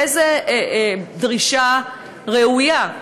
איזו דרישה ראויה.